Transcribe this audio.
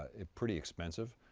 ah pretty expensive.